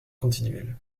continuels